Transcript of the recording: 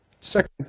Second